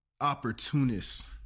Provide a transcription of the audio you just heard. opportunists